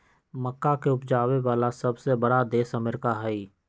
मक्का के उपजावे वाला सबसे बड़ा देश अमेरिका हई